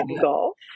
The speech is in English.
golf